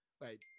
Wait